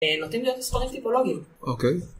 נוטים להיות ספרים טיפולוגיים.